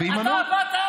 אתה באת,